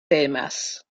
temas